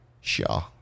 Shaw